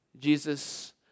Jesus